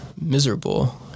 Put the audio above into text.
miserable